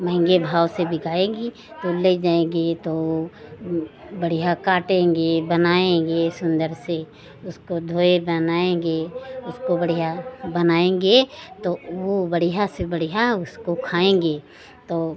महँगे भाव से बिकाएगी तो ले जाएँगे तो बढ़िया काटेंगे बनाएँगे सुन्दर से उसको धोए बनाएँगे उसको बढ़िया बनाएँगे तो वह बढ़िया से बढ़िया उसको खाएँगे तो